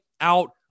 out